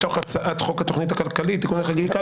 מתוך הצעת חוק התוכנית הכלכלית (תיקוני חקיקה